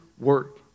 work